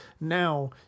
now